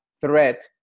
threat